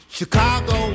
Chicago